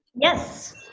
Yes